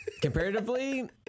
comparatively